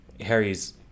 Harry's